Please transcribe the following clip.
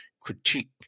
critique